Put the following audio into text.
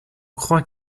croit